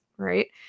Right